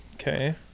Okay